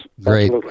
Great